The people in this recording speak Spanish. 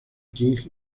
king